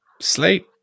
Slate